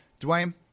Dwayne